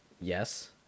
yes